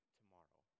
tomorrow